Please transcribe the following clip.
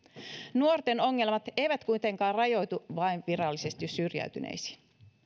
nuorten ongelmat eivät kuitenkaan rajoitu vain virallisesti syrjäytyneisiin